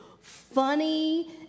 funny